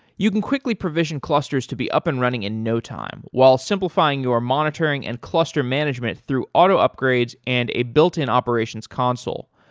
you can quickly provision clusters to be up and running in no time while simplifying your monitoring and cluster management through auto upgrades and a built-in operations console.